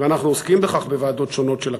ואנחנו עוסקים בכך בוועדות שונות של הכנסת,